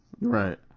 Right